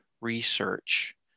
research